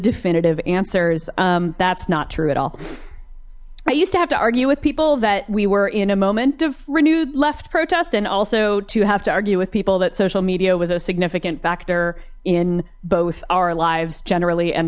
definitive answers that's not true at all i used to have to argue with people that we were in a moment of renewed left protests and also to have to argue with people that social media was a significant factor in both our lives generally and